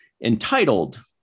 entitled